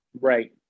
Right